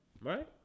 right